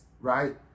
right